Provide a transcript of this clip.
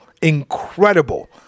incredible